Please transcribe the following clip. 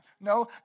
No